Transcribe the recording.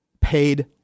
paid